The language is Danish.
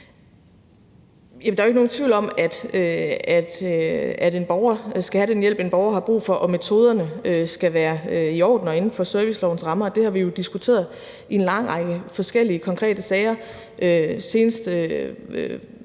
er jo ikke nogen tvivl om, at en borger skal have den hjælp, en borger har brug for, og metoderne skal være i orden og inden for servicelovens rammer. Det har vi jo diskuteret i en lang række forskellige konkrete sager.